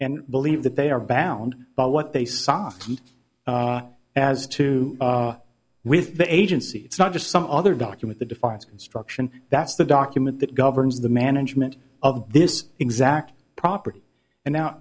and believe that they are bound by what they saw and as to with the agency it's not just some other document the defiance construction that's the document that governs the management of this exact property and now